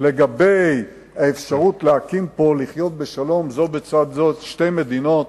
לגבי האפשרות לחיות בשלום, זו בצד זו, שתי מדינות